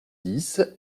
dix